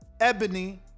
Ebony